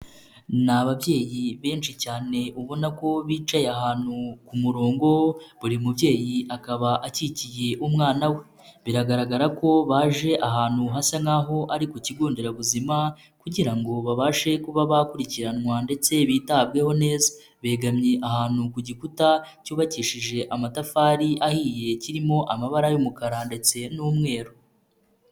Ni ababyeyi benshi cyane ubona ko bicaye ahantu ku murongo, buri mubyeyi akaba akikiye umwana we. Biragaragara ko baje ahantu hasa n'ahoaho ari ku kigo nderabuzima, kugira ngo babashe kuba bakurikiranwa ndetse bitabweho neza. Begamye ahantu ku gikuta cyubakishije amatafari ahiye, kirimo amabara y'umukara ndetse n'umweru.